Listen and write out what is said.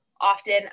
often